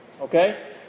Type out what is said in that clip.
Okay